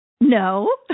No